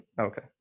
Okay